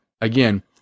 again